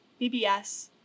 BBS